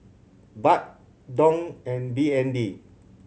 Baht Dong and B N D